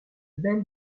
belle